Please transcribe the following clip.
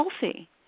healthy